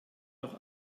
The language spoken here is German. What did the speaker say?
doch